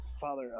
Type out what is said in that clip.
Father